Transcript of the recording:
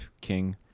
king